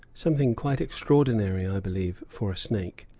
something quite extraordinary, i believe, for a snake.